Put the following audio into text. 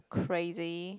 crazy